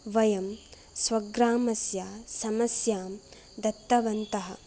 वयं स्वग्रामस्य समस्यां दत्तवन्तः